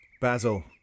Basil